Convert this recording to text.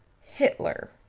Hitler